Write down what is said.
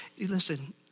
Listen